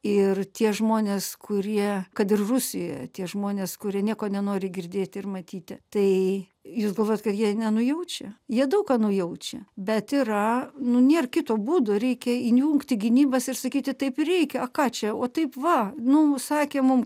ir tie žmonės kurie kad ir rusijoje tie žmonės kurie nieko nenori girdėti ir matyti tai jūs galvojat kad jie nenujaučia jie daug ką nujaučia bet yra nu nėr kito būdo reikia įjungti gynybas ir sakyti taip ir reikia a ką čia o taip va nu sakė mum